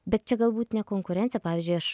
bet čia galbūt ne konkurencija pavyzdžiui aš